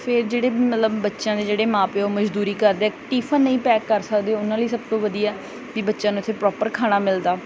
ਫਿਰ ਜਿਹੜੇ ਮਤਲਬ ਬੱਚਿਆਂ ਦੇ ਜਿਹੜੇ ਮਾਂ ਪਿਓ ਮਜ਼ਦੂਰੀ ਕਰਦੇ ਹੈ ਟੀਫਨ ਨਹੀਂ ਪੈਕ ਕਰ ਸਕਦੇ ਉਹਨਾਂ ਲਈ ਸਭ ਤੋਂ ਵਧੀਆ ਵੀ ਬੱਚਿਆਂ ਨੂੰ ਇੱਥੇ ਪ੍ਰੋਪਰ ਖਾਣਾ ਮਿਲਦਾ